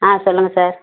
ஆ சொல்லுங்கள் சார்